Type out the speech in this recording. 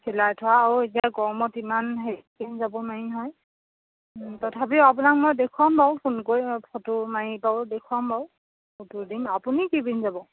চিলাই থোৱা আৰু এতিয়া গৰমত ইমান হেভি পিন্ধি যাব নোৱাৰি নহয় তথাপিও আপোনাক মই দেখুৱাম বাৰু ফোন কৰি ফটো মাৰি বাৰু দেখুৱাম বাৰু ফটো দিম আপুনি কি পিন্ধি যাব